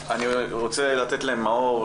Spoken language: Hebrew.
אני רוצה לתת למאור,